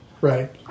right